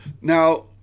Now